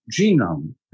genome